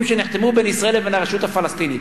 שנחתמו בין ישראל לבין הרשות הפלסטינית.